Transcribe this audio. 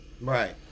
Right